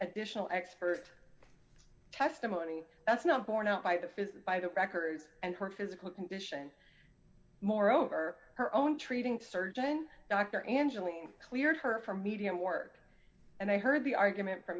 additional expert testimony that's not borne out by the physic by the records and her physical condition moreover her own treating surgeon dr angeline cleared her for medium work and i heard the argument f